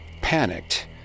Panicked